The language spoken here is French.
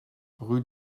rue